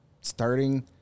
starting